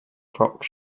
frock